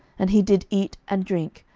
and he did eat and drink,